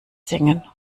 singen